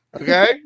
Okay